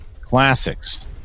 Classics